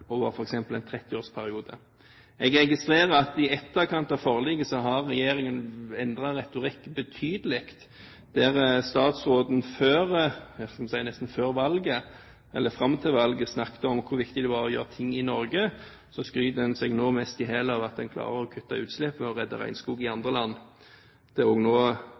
over f.eks. en 30-årsperiode. Jeg registrerer at i etterkant av forliket har regjeringen endret retorikk betydelig. Der stasråden før – nesten fram til valget – snakket om hvor viktig det var å gjøre ting i Norge, skryter en seg nå mest i hjel av at en klarer å kutte utslipp og redde regnskog i andre land. Nå er det også vel så viktig at hele verden er